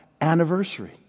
anniversary